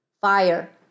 fire